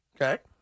Okay